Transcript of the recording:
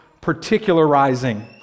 particularizing